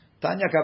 Tanya